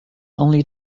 only